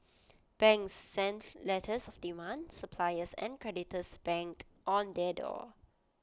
banks sent letters of demand suppliers and creditors banged on their door